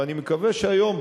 ואני מקווה שהיום,